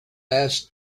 asked